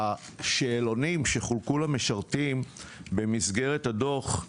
השאלונים, שחולקו למשרתים במסגרת הדוח,